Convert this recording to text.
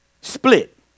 split